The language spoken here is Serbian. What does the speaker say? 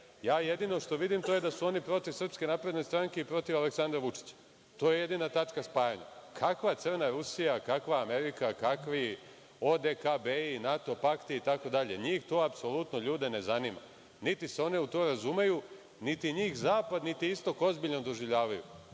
Ja jedino što vidim, to je da su oni protiv SNS i protiv Aleksandra Vučića. To je jedina tačka spajanja. Kakva crna Rusija, kakva Amerika, kakvi ODKB, NATO Pakti, itd. NJih to apsolutno ljude ne zanima. Niti se oni u to razumeju, niti njih zapad, niti istok, ozbiljno doživljavaju. NJih